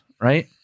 Right